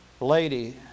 lady